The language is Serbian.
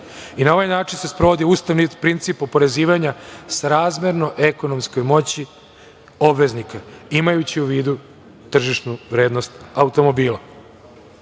i na ovaj način se sprovodi ustavni princip oporezivanja, srazmerno ekonomskoj moći obveznika, imajući u vidu tržišnu vrednost automobila. Ako